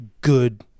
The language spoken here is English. good